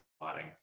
plotting